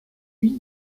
lie